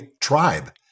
tribe